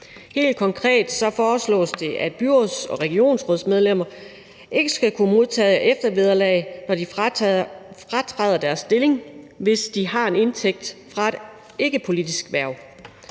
Helt konkret foreslås det, at byråds- og regionsrådsmedlemmer ikke skal kunne modtage eftervederlag, når de fratræder deres stilling, hvis de har en indtægt fra et ikkepolitisk hverv.